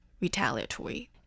retaliatory